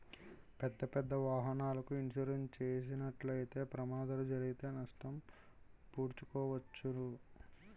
పెద్దపెద్ద వాహనాలకు ఇన్సూరెన్స్ చేసినట్లయితే ప్రమాదాలు జరిగితే నష్టం పూడ్చుకోవచ్చు